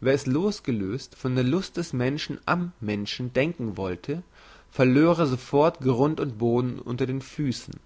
wer es losgelöst von der lust des menschen am menschen denken wollte verlöre sofort grund und boden unter den füssen